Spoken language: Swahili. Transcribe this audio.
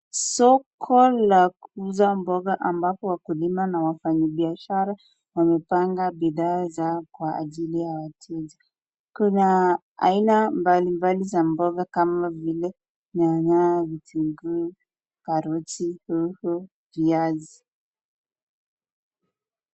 Soko la kuuza mboga ambapo wakulima na wafanyibiashara wamepanga bidhaa zao kwa ajili ya wateja . Kuna aina mbalimbali za mboga kama vile nyanya ,vitunguu, karoti ,"hoho" ,viazi.